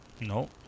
No